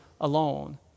alone